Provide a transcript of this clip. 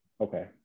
okay